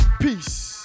Peace